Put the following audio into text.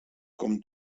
com